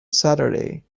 saturday